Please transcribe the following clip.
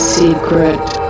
secret